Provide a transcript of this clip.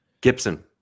Gibson